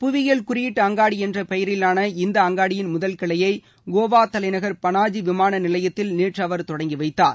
புவியியல் குறியீட்டு அங்காடி என்ற பெயரிலான இந்த அங்காடியின் முதல் கிளையை கோவா தலைநகர் பனாஜி விமான நிலையத்தில் நேற்று அவர் தொடங்கி வைத்தார்